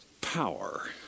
power